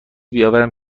بیاورم